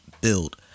Build